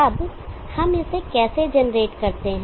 अब हम इसे कैसे जनरेट करते हैं